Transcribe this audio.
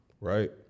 right